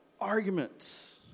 arguments